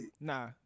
Nah